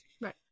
right